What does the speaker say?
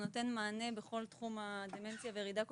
שנותן מענה לכל תחום הדמנציה וירידה קוגניטיבית.